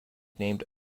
named